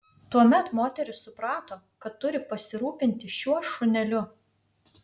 tuomet moteris suprato kad turi pasirūpinti šiuo šuneliu